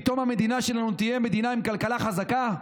פתאום המדינה שלנו תהיה מדינה עם כלכלה חזקה?